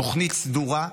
תוכנית סדורה,